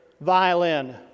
violin